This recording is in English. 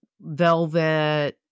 velvet